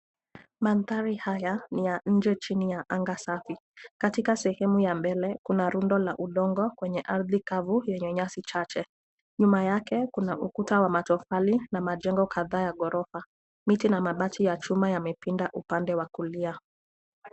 Mandhari haya ni ya nje chini ya anga safi. Katika sehemu ya mbele kuna rundo ya udongo kwenye ardhi kavu yenye nyasi Chache. Nyuma yake kuna ukuta wa matofali na majengo kadhaa ya ghorofa. Miti na mabati ya chuma yamepinda upande wa kulia.